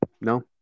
No